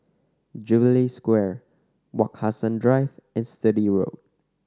Jubilee Square Wak Hassan Drive and Sturdee Road